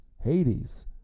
Hades